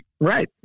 Right